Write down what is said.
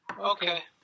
Okay